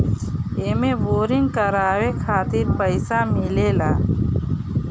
एमे बोरिंग करावे खातिर पईसा मिलेला